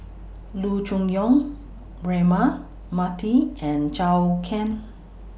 Loo Choon Yong Braema Mathi and Zhou Can